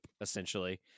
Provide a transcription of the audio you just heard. essentially